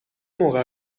موقع